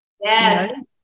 Yes